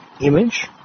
image